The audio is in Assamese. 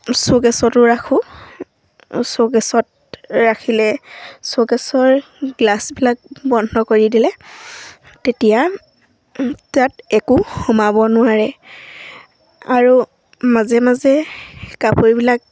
চৌকেছতো ৰাখোঁ চৌকেছত ৰাখিলে চৌকেছৰ গ্লাছবিলাক বন্ধ কৰি দিলে তেতিয়া তাত একো সোমাব নোৱাৰে আৰু মাজে মাজে কাপোৰবিলাক